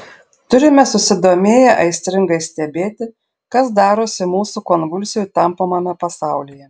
turime susidomėję aistringai stebėti kas darosi mūsų konvulsijų tampomame pasaulyje